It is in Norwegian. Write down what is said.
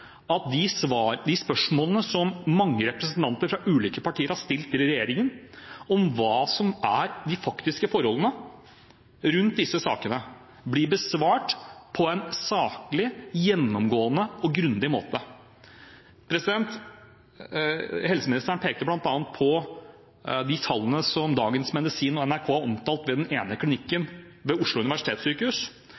at de spørsmålene som mange representanter fra ulike partier har stilt til regjeringen om hva som er de faktiske forholdene rundt disse sakene, blir besvart på en saklig, gjennomgående og grundig måte. Helseministeren pekte bl.a. på tallene som Dagens Medisin og NRK har omtalt ved den ene klinikken